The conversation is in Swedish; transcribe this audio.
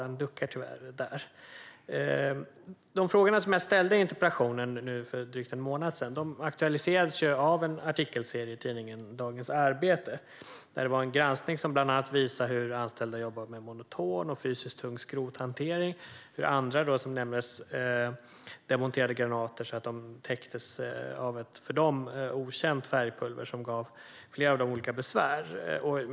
Tyvärr duckar han där. De frågor som jag ställde i interpellationen för drygt en månad sedan aktualiserades av en artikelserie i tidningen Dagens Arbete, där det var en granskning som bland annat visade hur anställda jobbar med monoton och fysiskt tung skrothantering. Den visade också hur andra demonterade granater, så att de täcktes av ett för dem okänt färgpulver som gav flera olika besvär.